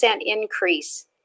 increase